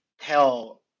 tell